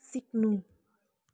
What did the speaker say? सिक्नु